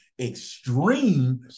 extreme